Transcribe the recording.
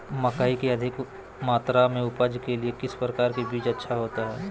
मकई की अधिक मात्रा में उपज के लिए किस प्रकार की बीज अच्छा होता है?